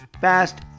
fast